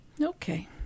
Okay